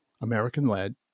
American-led